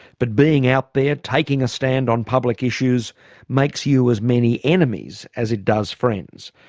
but being out there, taking a stand on public issues makes you as many enemies as it does friends,